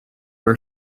were